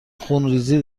خونریزی